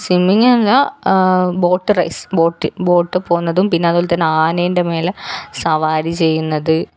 swimming അല്ല boat race boat boat പോകുന്നതും പിന്നെ അതുപോലെ തന്നെ ആനൻ്റെ മേലെ സവാരി ചെയ്യുന്നത്